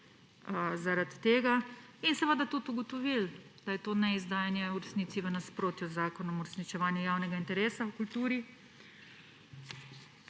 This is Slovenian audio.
zaradi tega, in seveda tudi ugotovili, da je to neizdajanje v resnici v nasprotju z Zakonom o uresničevanju javnega interesa za kulturo.